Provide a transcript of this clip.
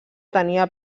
tenia